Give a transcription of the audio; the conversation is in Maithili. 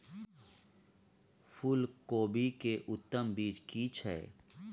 फूलकोबी के उत्तम बीज की छै?